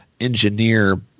engineer